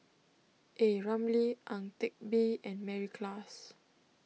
A Ramli Ang Teck Bee and Mary Klass